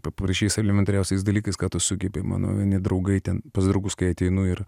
paprasčiais elementariausiais dalykais ką tu sugebi mano vieni draugai ten pas draugus kai ateinu ir